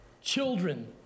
children